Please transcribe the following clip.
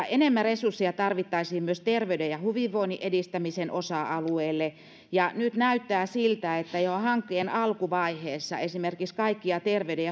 enemmän resursseja tarvittaisiin myös terveyden ja hyvinvoinnin edistämisen osa alueelle ja nyt näyttää siltä että jo hankkeen alkuvaiheessa esimerkiksi kaikkia terveyden